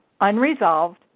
unresolved